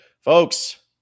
Folks